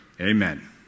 Amen